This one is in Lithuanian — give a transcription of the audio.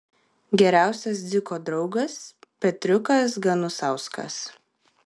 geriausias dziko draugas petriukas ganusauskas